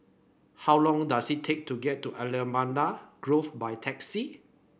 how long does it take to get to Allamanda Grove by taxi